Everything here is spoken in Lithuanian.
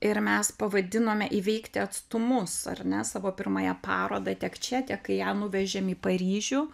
ir mes pavadinome įveikti atstumus ar ne savo pirmąją parodą tiek čia tiek kai ją nuvežėm į paryžių